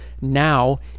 Now